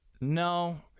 no